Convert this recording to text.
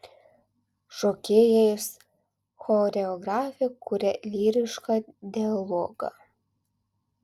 šokėjais choreografė kuria lyrišką dialogą